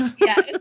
Yes